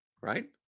right